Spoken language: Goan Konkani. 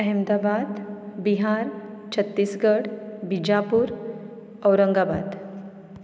अहमदाबाद बिहार छत्तीसगड बिजापूर औरंगाबाद